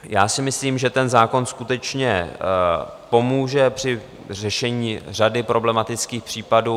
Já si myslím, že zákon skutečně pomůže při řešení řady problematických případů.